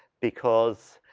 because,